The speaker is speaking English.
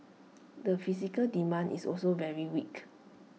the physical demand is also very weak